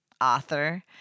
author